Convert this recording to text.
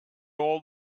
all